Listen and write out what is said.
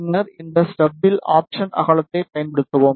பின்னர் இந்த ஸ்டெப்பில் ஆப்சன் அகலத்தைப் பயன்படுத்தவும்